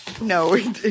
No